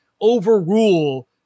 overrule